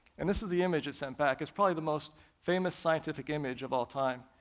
and this is the image it sent back. it's probably the most famous scientific image of all time.